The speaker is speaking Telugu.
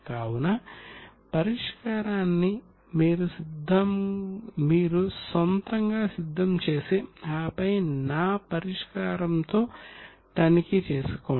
కావున పరిష్కారాన్ని మీరు సొంతంగా సిద్ధం చేసి ఆపై నా పరిష్కారంతో తనిఖీ చేసుకోండి